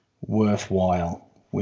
worthwhile